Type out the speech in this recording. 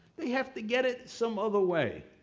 they have to get it some other way.